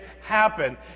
happen